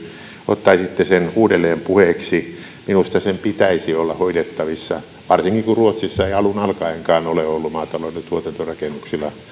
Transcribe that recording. ottaisitte sen uudelleen puheeksi minusta sen pitäisi olla hoidettavissa varsinkin kun ruotsissa ei alun alkaenkaan ole ollut maatalouden tuotantorakennuksilla